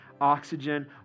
Oxygen